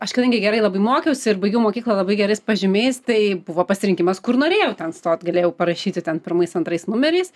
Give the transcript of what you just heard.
aš kadangi gerai mokiausi ir baigiau mokyklą labai gerais pažymiais tai buvo pasirinkimas kur norėjau ten stot galėjau parašyti ten pirmais antrais numeriais